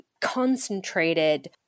concentrated